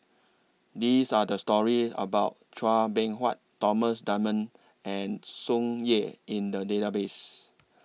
These Are The stories about Chua Beng Huat Thomas Dunman and Tsung Yeh in The Database